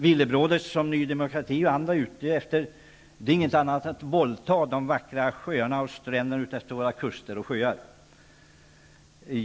Vad Ny demokrati är ute efter är ingenting annat än att våldta de vackra stränderna utefter våra kuster och sjöar.